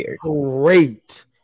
Great